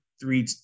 three